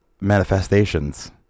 manifestations